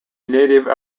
native